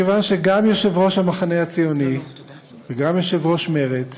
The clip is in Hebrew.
מכיוון שגם יושב-ראש המחנה הציוני וגם יושבת-ראש מרצ